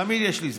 תמיד יש לי זמן.